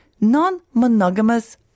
non-monogamous